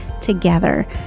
together